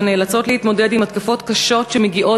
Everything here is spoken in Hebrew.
ונאלצות להתמודד עם התקפות קשות שמגיעות